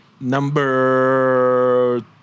Number